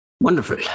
Wonderful